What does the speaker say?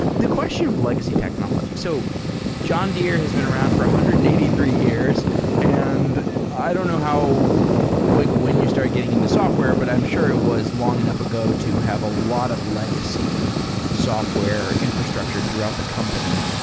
the question of legacy technology. so john deere has been around for one hundred and eighty three years and i don't know how like when you started getting into software, but i'm sure it was long enough ago to have a lot of legacy software infrastructure throughout the company.